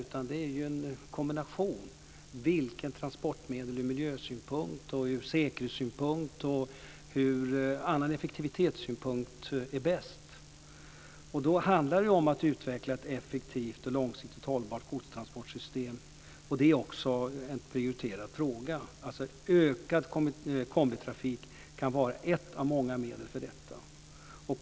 Det handlar om en kombination när det gäller vilket transportmedel som ur miljösynpunkt, ur säkerhetssynpunkt och annan effektivitetssynpunkt är bäst. Det handlar om att utveckla ett effektivt och långsiktigt hållbart godstransportsystem. Det är också en prioriterad fråga. Ökad kombitrafik kan vara ett av många medel för att uppnå detta.